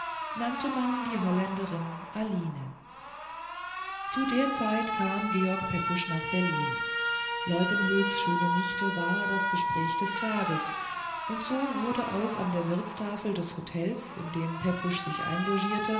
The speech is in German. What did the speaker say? nannte man die holländerin aline zu der zeit kam george pepusch nach berlin leuwenhoeks schöne nichte war das gespräch des tages und so wurde auch an der wirtstafel des hotels in dem pepusch sich einlogiert